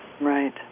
Right